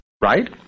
Right